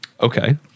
Okay